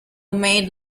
made